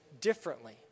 differently